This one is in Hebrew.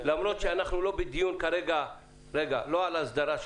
למרות שאנחנו לא בדיון כרגע על ההסדרה של